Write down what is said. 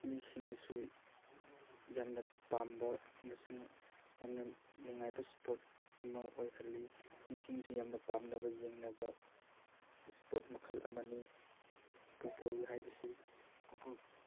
ꯃꯤꯁꯤꯡꯗꯁꯨ ꯌꯥꯝꯅ ꯄꯥꯝꯕ ꯑꯃꯁꯨꯡ ꯌꯥꯝꯅ ꯅꯨꯡꯉꯥꯏꯕ ꯏꯁꯄꯣꯔꯠ ꯑꯃ ꯑꯣꯏꯍꯜꯂꯤ ꯃꯤꯁꯤꯡꯅꯁꯨ ꯌꯥꯝꯅ ꯄꯥꯝꯅꯕ ꯌꯦꯡꯅꯕ ꯏꯁꯄꯣꯔꯠ ꯃꯈꯜ ꯑꯃꯅꯤ ꯐꯨꯠꯕꯣꯜ ꯍꯥꯏꯕꯁꯤ ꯐꯨꯠꯕꯣꯜ